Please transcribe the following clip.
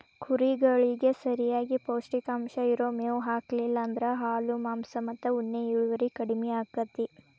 ಕುರಿಗಳಿಗೆ ಸರಿಯಾಗಿ ಪೌಷ್ಟಿಕಾಂಶ ಇರೋ ಮೇವ್ ಹಾಕ್ಲಿಲ್ಲ ಅಂದ್ರ ಹಾಲು ಮಾಂಸ ಮತ್ತ ಉಣ್ಣೆ ಇಳುವರಿ ಕಡಿಮಿ ಆಕ್ಕೆತಿ